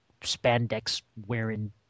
spandex-wearing